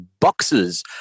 boxes